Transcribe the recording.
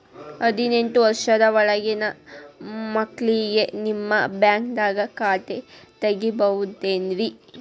ಹದಿನೆಂಟು ವರ್ಷದ ಒಳಗಿನ ಮಕ್ಳಿಗೆ ನಿಮ್ಮ ಬ್ಯಾಂಕ್ದಾಗ ಖಾತೆ ತೆಗಿಬಹುದೆನ್ರಿ?